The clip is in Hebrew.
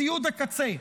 ציוד קצה,